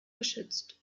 geschützt